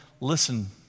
listen